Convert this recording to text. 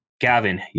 Gavin